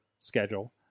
schedule